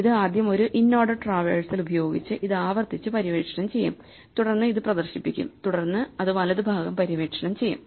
ഇത് ആദ്യം ഒരു ഇൻഓർഡർ ട്രാവേഴ്സൽ ഉപയോഗിച്ച് ഇത് ആവർത്തിച്ച് പര്യവേക്ഷണം ചെയ്യും തുടർന്ന് ഇത് പ്രദർശിപ്പിക്കും തുടർന്ന് അത് വലത് ഭാഗം പര്യവേക്ഷണം ചെയ്യും